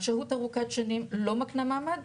שהות ארוכת שנים לא מקנה מעמד,